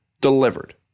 delivered